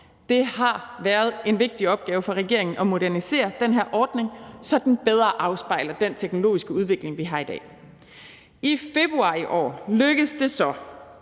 Det har været en vigtig opgave for regeringen at modernisere den her ordning, så den bedre afspejler den teknologiske udvikling, vi har i dag. I februar i år lykkedes det så